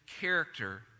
character